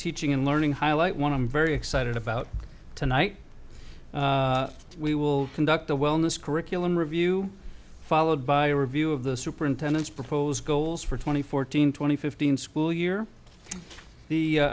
teaching and learning highlight one i'm very excited about tonight we will conduct a wellness curriculum review followed by a review of the superintendents propose goals for twenty fourteen twenty fifteen school year the